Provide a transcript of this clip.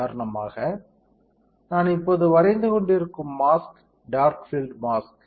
உதாரணமாக நான் இப்போது வரைந்து கொண்டிருக்கும் மாஸ்க் டார்க் ஃபீல்ட் மாஸ்க்